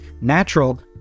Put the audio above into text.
natural